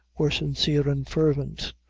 were sincere and fervent.